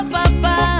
papa